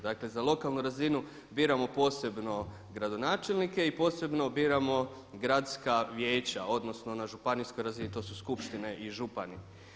Dakle, za lokalnu razinu biramo posebno gradonačelnike i posebno biramo gradska vijeća odnosno na županijskoj razini to su skupštine i župani.